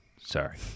Sorry